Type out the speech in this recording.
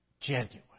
genuine